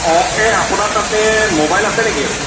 অঁ এই আপোনাৰ তাতে ম'বাইল আছে নেকি